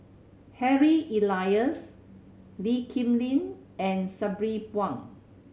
Harry Elias Lee Kip Lin and Sabri Buang